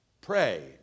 pray